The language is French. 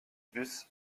bus